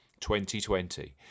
2020